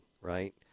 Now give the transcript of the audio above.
right